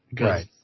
Right